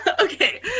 okay